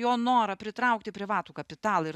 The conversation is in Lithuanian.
jo norą pritraukti privatų kapitalą ir